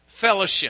Fellowship